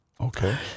Okay